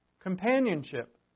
Companionship